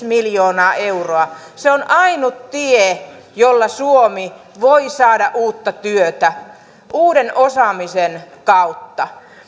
miljoonaa euroa ainut tie jolla suomi voi saada uutta työtä kulkee uuden osaamisen kautta